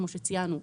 כמו שציינו,